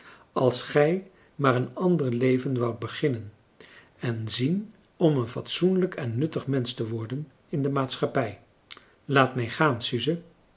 als gij maar een ander leven woudt beginnen en zien om een fatsoenlijk en nuttig mensch te worden in de maatschappij laat mij gaan suze